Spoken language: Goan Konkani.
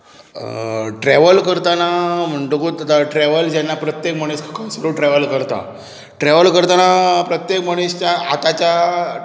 ट्रॅवल करताना म्हुण्टोकूत आतां ट्रॅवल जेन्ना प्रत्येक मनीस खंयसरूं ट्रॅवल करता ट्रॅवल करताना प्रत्येक मनीसच्या आतांच्या